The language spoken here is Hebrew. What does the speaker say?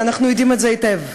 אנחנו יודעים את זה היטב,